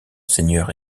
seigneur